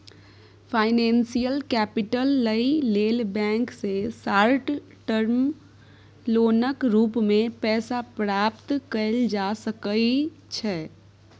financial capital लइ लेल bank सँ शार्ट टर्म लोनक रूप मे पैसा प्राप्त कएल जा सकइ छै